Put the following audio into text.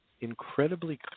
incredibly